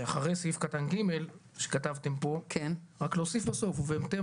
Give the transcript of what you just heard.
שאחרי סעיף קטן ג' שכתבתם פה רק להוסיף בסוף "ובהתאם